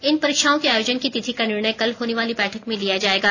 इन परीक्षाओं के आयोजन की तिथि का निर्णय कल होने वाली बैठक में लिया जायेगा